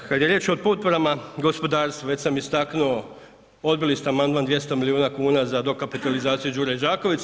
Kad je riječ o potporama gospodarstvu, već sam istaknuo, odbili ste amandman 200 milijuna kuna za dokapitalizaciju Đure Đaković.